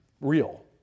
real